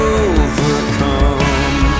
overcome